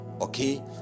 okay